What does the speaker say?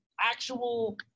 actual